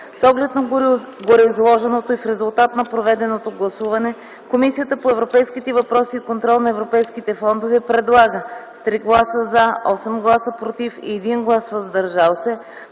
С оглед на гореизложеното и в резултат на проведеното гласуване Комисията по европейските въпроси и контрол на европейските фондове предлага с 3 гласа „за”, 8 гласа „против” и 1 глас „въздържал се”